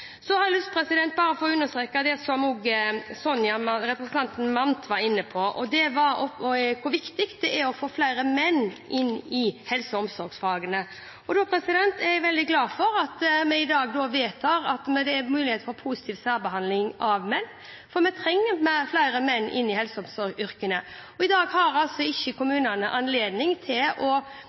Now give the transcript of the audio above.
så vet ikke jeg. Så har jeg lyst til å understreke det som også representanten Mandt var inne på, nemlig hvor viktig det er å få flere menn inn i helse- og omsorgsfagene. Da er jeg veldig glad for at vi i dag vedtar at det er mulighet for positiv særbehandling av menn, for vi trenger flere menn inn i helse- og omsorgsyrkene. I dag har ikke kommunene anledning til å